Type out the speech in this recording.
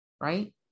right